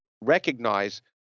recognize